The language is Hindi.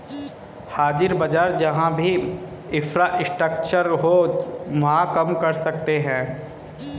हाजिर बाजार जहां भी इंफ्रास्ट्रक्चर हो वहां काम कर सकते हैं